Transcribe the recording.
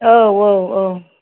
औ औ औ